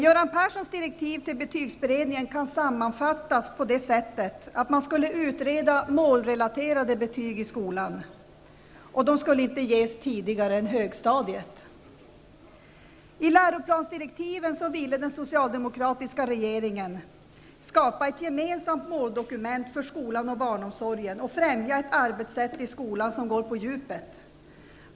Göran Perssons direktiv till betygsberedningen kan sammanfattas så, att man skulle utreda frågan om målrelaterade betyg i skolan. Sådana skulle inte ges förrän på högstadiet. Genom läroplansdirektiven ville den socialdemokratiska regeringen skapa ett gemensamt måldokument för skolan och barnomsorgen samt främja ett arbetssätt i skolan som innebär att man går på djupet.